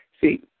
see